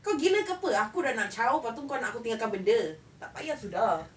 kau gila ke apa aku dah nak zao lepas tu kau nak aku tinggalkan benda tak payah sudah